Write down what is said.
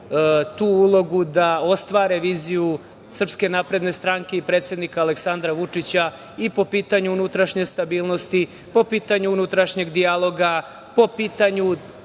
tu ulogu da ostvare viziju SNS i predsednika Aleksandra Vučića i po pitanju unutrašnje stabilnosti, po pitanju unutrašnjeg dijaloga, po pitanju